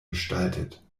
gestaltet